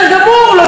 אני יודעת,